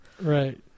Right